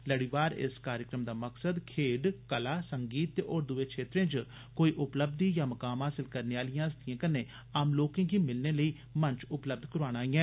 लड़ीवार इस कार्यक्रम दा मकसद खेड कला संगीत ते होर दुए क्षेत्रें इच कोई उपलब्धि या मकाम हासलकरने आलिएं हस्तिएं कन्नै आम लोकें गी मिलने लेई मंच उपलब्य कराना ऐ